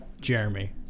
Jeremy